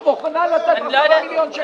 --- את מוכנה לתת 10 מיליון שקל עכשיו?